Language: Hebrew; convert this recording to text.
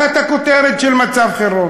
אתה שהצבעת, הכול תחת הכותרת של מצב חירום.